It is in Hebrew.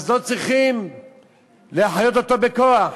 לא צריכים להחיות אותו בכוח.